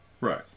right